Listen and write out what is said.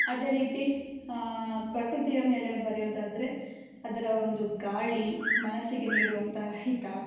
ಅದೇ ರೀತಿ ಹಾಂ ಪ್ರಕೃತಿಯ ಮೇಲೆ ಬರೆಯೋದಾದ್ರೆ ಅದರ ಒಂದು ಗಾಳಿ ಮನಸ್ಸಿಗೆ ನೀಡುವಂಥ ಹಿತ